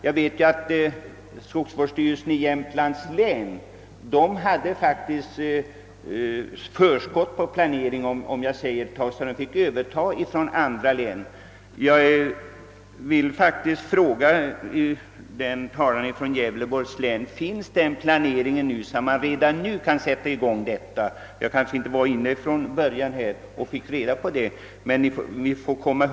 Jag vet att skogsvårdsstyrelsen i Jämtlands län tidigare haft så att säga ett förskott i planeringen och därigenom har man fått överta arbeten från andra län, och jag vill fråga den ärade talaren från Gävleborgs län om man har gjort en sådan planering, att man redan nu kan sätta i gång de arbeten han talade om? Kanske nämnde han det i den delen av sitt anförande då jag inte var närvarande i kammaren.